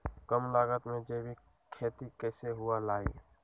कम लागत में जैविक खेती कैसे हुआ लाई?